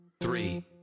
three